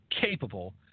capable